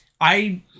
I-